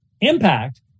impact